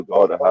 God